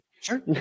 Sure